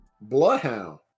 Bloodhound